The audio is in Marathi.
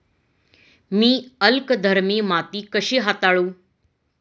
मी अल्कधर्मी माती कशी हाताळू?